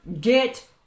get